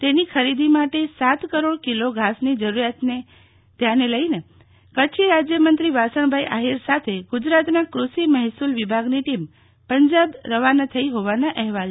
તેની ખરીદી માટે સાત કરોડ કીલો ઘાસની જરૂરિયાતને લઈને કચ્છી રાજયમંત્રી વાસણભાઈ આહીર સાથે ગુજરાતના ક્રષિ મહેસલ વિભાગની ટીમ પંજાબ રવાના થઈ હોવાના અહેવાલ છે